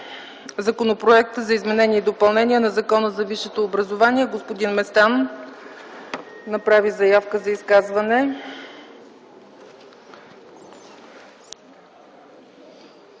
Законопроекта за изменение и допълнение на Закона за висшето образование. Господин Местан направи заявка за изказване.